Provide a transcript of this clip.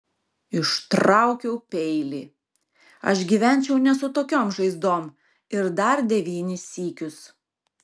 ištraukiau peilį aš gyvenčiau ne su tokiom žaizdom ir dar devynis sykius